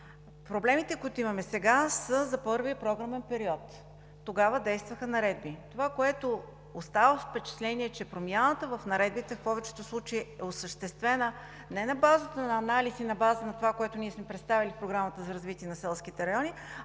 Проблемите, които имаме сега, са за първия програмен период. Тогава действаха наредби. Оставам с впечатление, че промяната в наредбите в повечето случаи е осъществена не на базата на анализ и на базата на това, което ние сме представили в Програмата за развитие на селските райони,